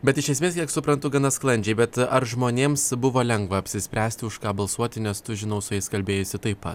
bet iš esmės kiek suprantu gana sklandžiai bet ar žmonėms buvo lengva apsispręsti už ką balsuoti nes tu žinau su jais kalbėjaisi taip pat